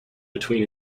between